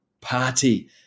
party